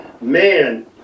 Man